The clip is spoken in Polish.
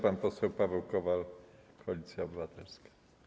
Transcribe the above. Pan poseł Paweł Kowal, Koalicja Obywatelska.